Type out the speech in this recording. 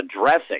addressing